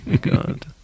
god